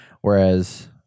Whereas